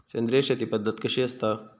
सेंद्रिय शेती पद्धत कशी असता?